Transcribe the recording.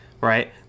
right